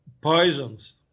poisons